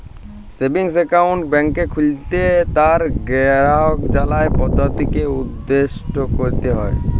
savings account ব্যাংকে খুললে তার গেরাহককে জালার পদধতিকে উপদেসট ক্যরতে হ্যয়